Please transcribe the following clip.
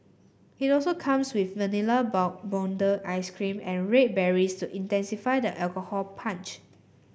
it also comes with Vanilla Bourbon ice cream and red berries to intensify the alcohol punch